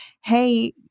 hey